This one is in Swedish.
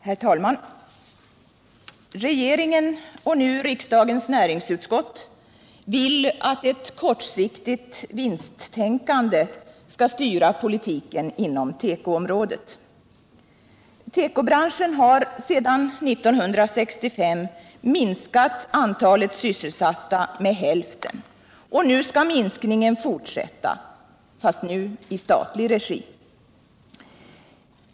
Herr talman! Regeringen och nu riksdagens näringsutskott vill att ett kortsiktigt vinsttänkande skall styra politiken inom tekoområdet. Tekobranschen har sedan 1965 minskat antalet sysselsatta med hälften. Nu skall minskningen fortsätta, fastän i dag i statlig regi.